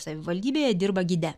savivaldybėje dirba gide